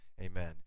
amen